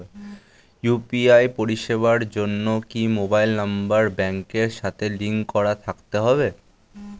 UPI পরিষেবার জন্য কি মোবাইল নাম্বার ব্যাংকের সাথে লিংক করা থাকতে হবে?